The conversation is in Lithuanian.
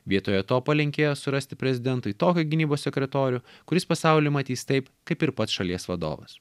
vietoje to palinkėjo surasti prezidentui tokį gynybos sekretorių kuris pasaulį matys taip kaip ir pats šalies vadovas